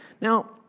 Now